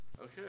Okay